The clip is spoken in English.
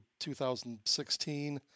2016